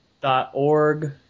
Dot.org